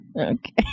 okay